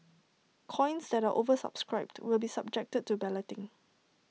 coins that are oversubscribed will be subjected to balloting